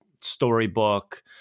storybook